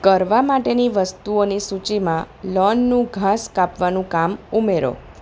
કરવા માટેની વસ્તુઓની સૂચિમાં લોનનું ઘાસ કાપવાનું કામ ઉમેરો